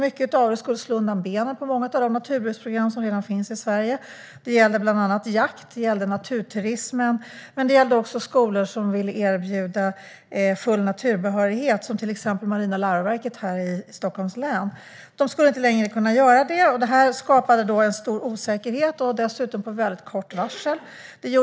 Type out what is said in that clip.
Många av dem skulle slå undan benen för många av de naturbruksprogram som redan finns i Sverige. Det gäller bland annat jakt och naturturismen. Men det gäller också skolor som vill erbjuda full naturbehörighet, till exempel Marina läroverket här i Stockholms län, som inte längre skulle kunna göra det. Det skapade en stor osäkerhet. Dessutom var det väldigt kort varsel.